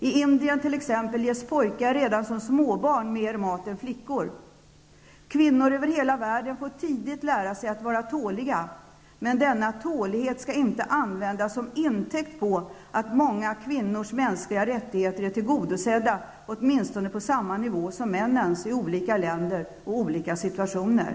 I Indien t.ex. får pojkar redan som små barn mera mat än flickorna. Kvinnor överallt i världen får tidigt lära sig att vara tåliga. Men denna tålighet skall inte tas som intäkt för att kraven på mänskliga rättigheter är tillgodosedda för många kvinnor -- åtminstone på samma nivå som männen i olika länder och i olika situationer.